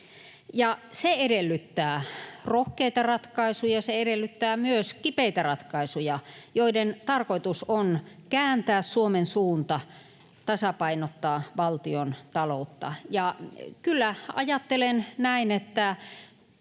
Se edellyttää rohkeita ratkaisuja, se edellyttää myös kipeitä ratkaisuja, joiden tarkoitus on kääntää Suomen suunta, tasapainottaa valtiontaloutta, ja kyllä ajattelen näin, että